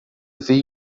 veio